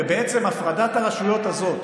ובעצם הפרדת הרשויות הזאת